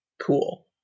cool